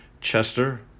Chester